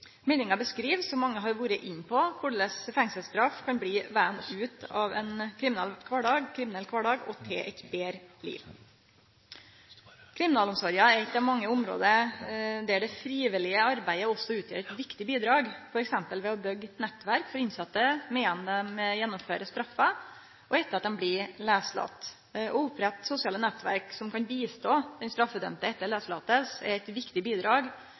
Meldinga beskriv, som mange har vore inne på, korleis fengselsstraff kan bli vegen ut av ein kriminell kvardag og føre til eit betre liv. Kriminalomsorga er eit av mange område der det frivillige arbeidet også utgjer eit viktig bidrag, f.eks. ved å byggje nettverk for innsette medan dei gjennomfører straffa, òg etter at dei blir lauslatne. Å opprette sosiale nettverk som kan hjelpe den straffedømde etter lauslatinga er eit viktig bidrag